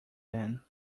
then